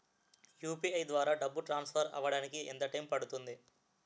UPI ద్వారా డబ్బు transfer అవ్వడానికి ఎంత టైం పడుతుంది?